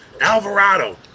Alvarado